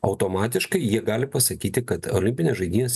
automatiškai jie gali pasakyti kad olimpinės žaidynės